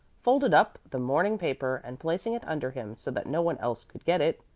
folded up the morning paper, and placing it under him so that no one else could get it,